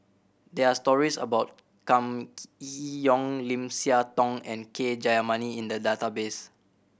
there are stories about Kam Yee Yong Lim Siah Tong and K Jayamani in the database